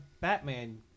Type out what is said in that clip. Batman